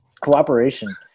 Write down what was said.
Cooperation